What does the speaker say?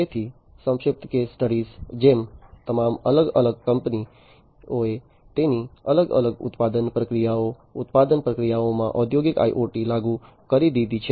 તેથી સંક્ષિપ્ત case studies જે તમામ અલગ અલગ કંપનીઓએ તેમની અલગ અલગ ઉત્પાદન પ્રક્રિયાઓ ઉત્પાદન પ્રક્રિયાઓમાં ઔદ્યોગિક IoT લાગુ કરી દીધી છે